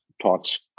talks